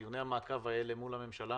דיוני המעקב האלה מול הממשלה